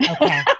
Okay